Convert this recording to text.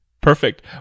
Perfect